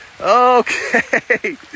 Okay